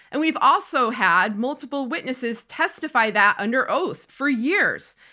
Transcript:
and we've also had multiple witnesses testify that under oath for years.